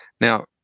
Now